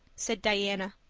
said diana.